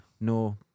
No